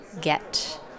get